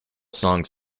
songs